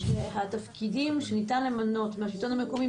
התפקידים שניתן למנות מהשלטון המקומי